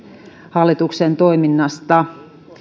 hallituksen toiminnasta